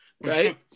right